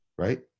right